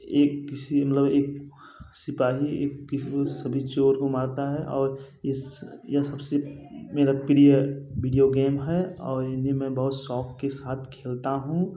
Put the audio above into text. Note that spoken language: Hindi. एक किसी मतलब एक सिपाही एक किस सभी चोर को मारता हैं और इस यह सब से मेरा प्रिय विडिओ गेम है और इन्हें मैं बहुत शौक़ के साथ खेलता हूँ